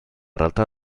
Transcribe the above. realtà